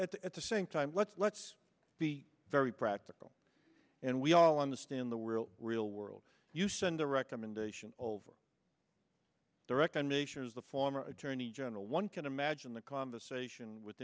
at the same time let's let's be very practical and we all understand the world real world use and the recommendation over the recommendation is the former attorney general one can imagine the conversation with